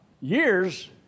years